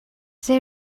zei